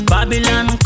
Babylon